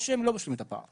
או שהם לא משלימים את הפער.